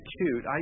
cute